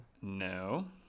No